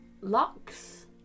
Lux